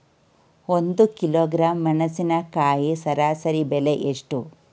ಒಂದು ಕಿಲೋಗ್ರಾಂ ಮೆಣಸಿನಕಾಯಿ ಸರಾಸರಿ ಬೆಲೆ ಎಷ್ಟು?